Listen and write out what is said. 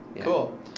cool